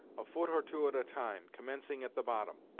a foot or two at a time, commencing at the bottom.